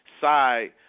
side